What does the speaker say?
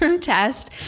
test